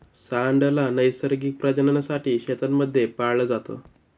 सांड ला नैसर्गिक प्रजननासाठी शेतांमध्ये पाळलं जात